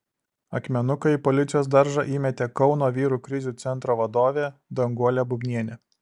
akmenuką į policijos daržą įmetė kauno vyrų krizių centro vadovė danguolė bubnienė